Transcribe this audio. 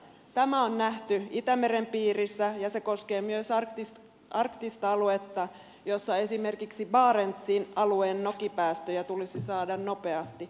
tämä on nähty itämeren piirissä ja se koskee myös arktista aluetta jossa esimerkiksi barentsin alueen nokipäästöjä tulisi saada nopeasti kuriin